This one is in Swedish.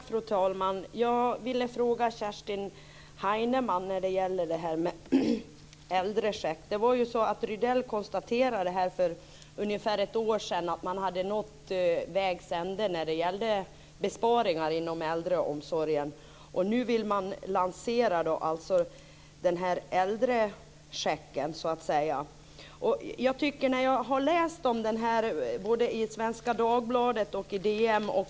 Fru talman! Jag vill fråga Kerstin Heinemann om det här med äldrechecken. Rydell konstaterade ju för ungefär ett år sedan att man hade nått vägs ände när det gällde besparingar inom äldreomsorgen. Och nu vill man alltså lansera den här äldrechecken. Jag har läst om den både i Svenska Dagbladet och i DN.